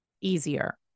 easier